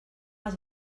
els